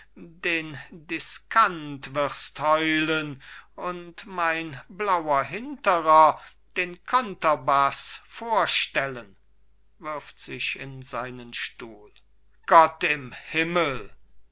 den discant wirst heulen und mein blauer hinterer den conterbaß vorstellen wirft sich in seinen stuhl gott im himmel